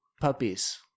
puppies